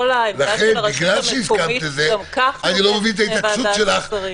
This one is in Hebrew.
כל העמדה של הרשות המקומית גם כך מובאת בפני ועדת השרים.